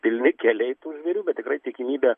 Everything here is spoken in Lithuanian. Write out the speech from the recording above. pilni keliai tų žvėrių bet tikrai tikimybė